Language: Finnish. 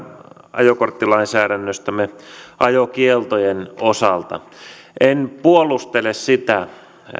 ajokorttilainsäädännöstämme ajokieltojen osalta en puolustele sitä